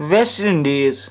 West Indies